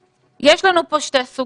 יש לנו פה שתי סוגיות.